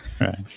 Right